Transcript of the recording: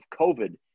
COVID